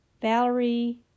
Valerie